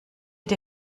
die